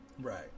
Right